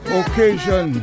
occasion